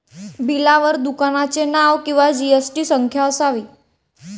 बिलावर दुकानाचे नाव किंवा जी.एस.टी संख्या असावी